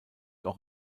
auch